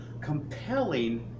compelling